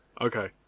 Okay